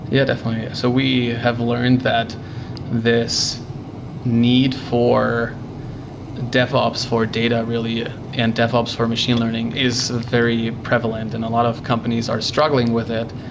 yeah, definitely. so we have learned that this need for devops for data really ah and devops for machine learning is very prevalent and a lot of companies are struggling with it.